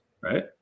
right